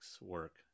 work